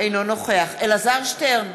אינו נוכח אלעזר שטרן,